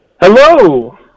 Hello